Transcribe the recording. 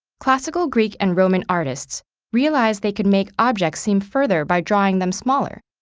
classical greek and roman artists realized they could make objects seem further by drawing them smaller,